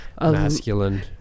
masculine